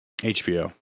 HBO